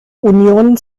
union